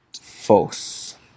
False